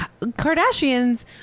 Kardashians